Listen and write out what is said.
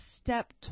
step